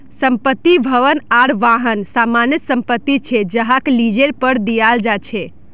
संपत्ति, भवन आर वाहन सामान्य संपत्ति छे जहाक लीजेर पर दियाल जा छे